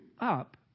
up